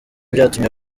byatumye